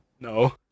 No